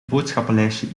boodschappenlijstje